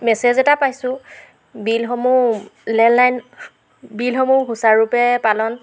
message এটা পাইছোঁ বিলসমূহ লেণ্ডলাইন বিলসমূহ সুচাৰুৰূপে পালন